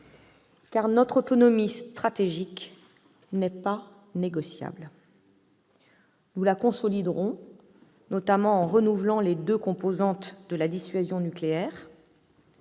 Notre autonomie stratégique n'est pas négociable. Nous la consoliderons, notamment en renouvelant les deux composantes de la dissuasion nucléaire.